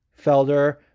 Felder